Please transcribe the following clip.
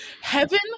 Heaven